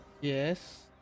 Yes